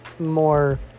more